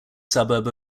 suburb